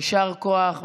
יישר כוח,